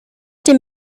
dem